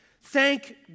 Thank